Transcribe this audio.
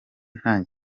nta